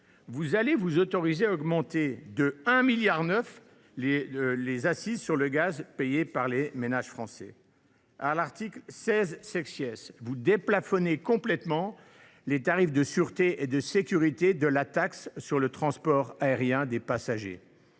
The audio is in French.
vous vous autorisez à augmenter de 1,9 milliard d’euros les accises sur le gaz payées par les ménages français. À l’article 16, vous déplafonnez complètement les tarifs de sûreté et de sécurité de la taxe sur le transport aérien de passagers.